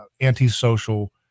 antisocial